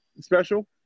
special